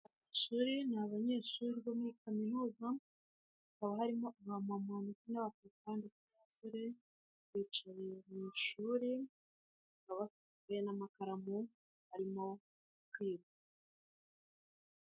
Ishuri ni abanyeshuri bo muri kaminuza haba harimo aba mama ndetse n'aba papa ndetse n'abasore biyicariye mu ishuri bakaba bafite n'amakaramu barimo kwiga.